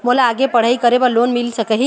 मोला आगे पढ़ई करे बर लोन मिल सकही?